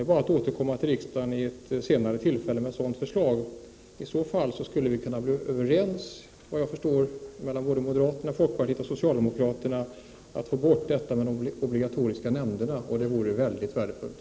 Det är bara att återkomma till riksdagen med ett förslag i den riktningen. I så fall skulle, såvitt jag förstår, moderaterna folkpartiet och socialdemokraterna kunna bli överens om att få bort de obligatoriska nämnderna. Det tror jag vore mycket värdefullt.